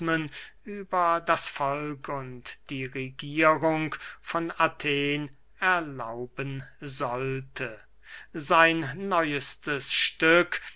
über das volk und die regierung von athen erlauben sollte sein neuestes stück